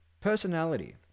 Personality